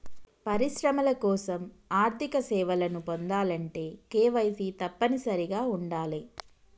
పరిశ్రమల కోసం ఆర్థిక సేవలను పొందాలంటే కేవైసీ తప్పనిసరిగా ఉండాలే